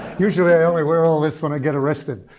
usually i only wear all this when i get arrested.